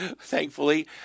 thankfully